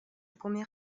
premier